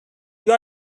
you